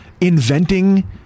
inventing